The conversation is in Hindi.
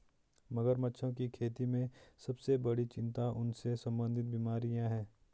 मगरमच्छों की खेती में सबसे बड़ी चिंता उनसे संबंधित बीमारियां हैं?